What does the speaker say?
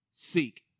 seek